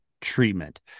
treatment